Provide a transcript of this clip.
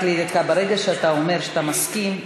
רק לידיעתך: ברגע שאתה אומר שאתה מסכים,